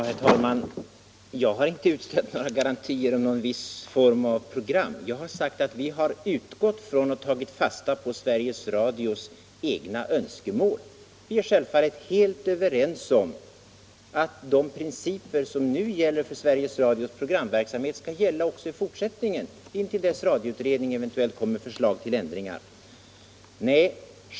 Herr talman! Jag har inte utställt garantier för någon viss form av program. Jag har sagt att utskottsmajoriteten har utgått från och tagit fasta på Sveriges Radios egna önskemål. Vi är självfallet helt överens om att de principer som nu gäller för Sveriges Radios programverksamhet skall gälla också i fortsättningen, intill dess radioutredningen eventuellt kommer med förslag till ändringar.